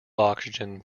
oxygen